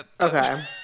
okay